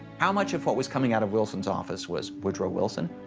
how much of what was coming out of wilson's office was woodrow wilson,